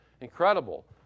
incredible